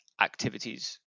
activities